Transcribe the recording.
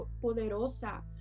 poderosa